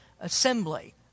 assembly